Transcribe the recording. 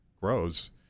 grows